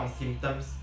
symptoms